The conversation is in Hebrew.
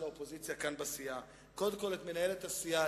האופוזיציה כאן בסיעה: קודם כול מנהלת הסיעה,